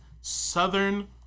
southern